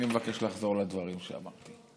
אני מבקש לחזור לדברים שאמרתי.